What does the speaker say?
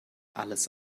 alles